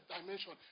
dimension